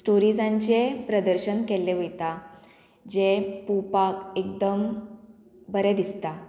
स्टोरीजांचे प्रदर्शन केल्लें वयता जें पळोवपाक एकदम बरें दिसता